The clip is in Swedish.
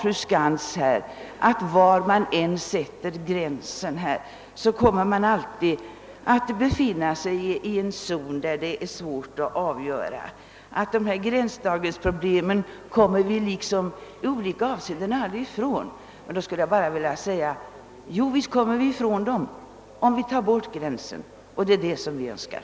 Fru Skantz menade att var man än sätter gränsen då det gäller antalet dagar då förvärvsarbete skall medges kommer man aldrig ifrån gränsdragningsproblem. Jo, visst kommer vi ifrån dem, om vi tar bort gränsen. Det är det som vi önskar.